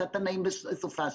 "נעים בסופ"ש",